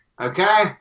okay